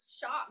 shop